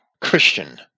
Christian